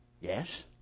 Yes